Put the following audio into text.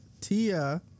Tia